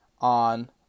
on